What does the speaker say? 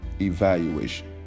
evaluation